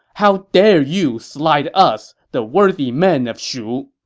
how dare you slight us, the worthy men of shu!